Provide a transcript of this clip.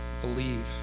believe